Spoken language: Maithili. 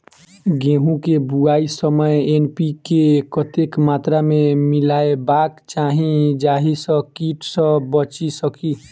गेंहूँ केँ बुआई समय एन.पी.के कतेक मात्रा मे मिलायबाक चाहि जाहि सँ कीट सँ बचि सकी?